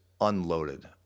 unloaded